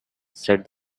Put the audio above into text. said